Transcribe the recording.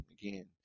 again